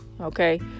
okay